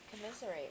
commiserate